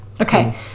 Okay